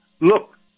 look